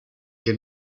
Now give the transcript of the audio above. que